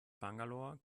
bangalore